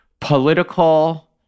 political